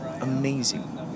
amazing